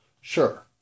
Sure